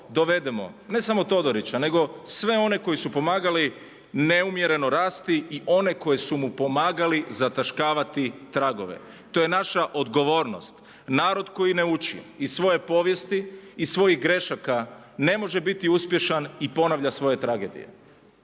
dovedemo, ne samo Todorića, nego sve oni koji su pomagali neumjereno rasti i oni koji su mu pomagali zataškavati tragove. To je naša odgovornost. Narod koji ne uči iz svoje povijesti iz svojih grešaka, ne može biti uspješan i ponavlja svoje tragedije.